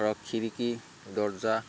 ধৰক খিৰিকী দৰ্জা